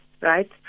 right